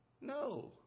No